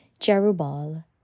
Jerubal